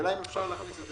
אפשר להכניס את זה